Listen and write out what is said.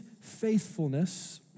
faithfulness